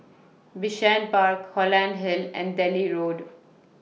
Bishan Park Holland Hill and daily Road